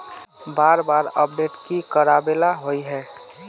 बार बार अपडेट की कराबेला होय है?